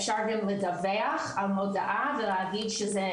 אפשר גם לדווח על מודעה ולהגיד שזה